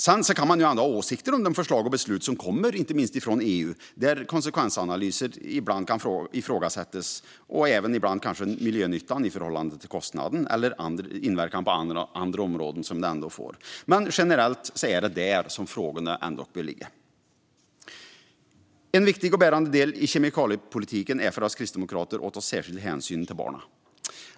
Man kan ändå ha åsikter om de förslag och beslut som kommer från EU, där konsekvensanalyser ibland kan ifrågasättas och kanske även miljönyttan i förhållande till kostnaden eller inverkan på andra områden. Men generellt är det ändå där frågorna bör ligga. En viktig och bärande del i kemikaliepolitiken för oss kristdemokrater är att ta särskild hänsyn till barnen.